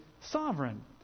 sovereign